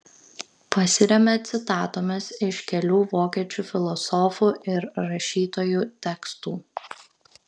pasiremia citatomis iš kelių vokiečių filosofų ir rašytojų tekstų